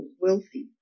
wealthy